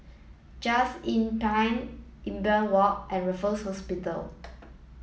just Inn Pine Imbiah Walk and Raffles Hospital